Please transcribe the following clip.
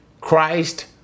Christ